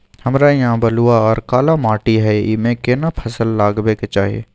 हमरा यहाँ बलूआ आर काला माटी हय ईमे केना फसल लगबै के चाही?